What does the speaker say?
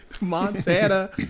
Montana